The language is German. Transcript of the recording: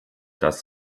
dass